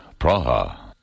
Praha